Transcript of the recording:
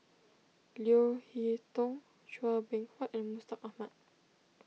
Leo Hee Tong Chua Beng Huat and Mustaq Ahmad